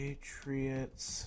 Patriots